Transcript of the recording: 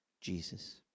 Jesus